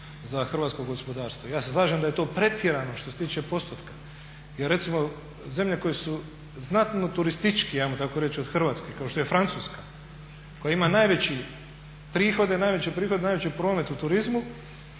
za hrvatsko gospodarstvo. Ja se slažem da je to pretjerano što se tiče postotka. Jer recimo zemlje koje su znatno turističkije ajmo tako reći od Hrvatske kao što je Francuska koja ima najveće prihode, najveće prihode, najveći promet u turizmu